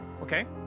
Okay